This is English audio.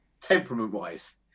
temperament-wise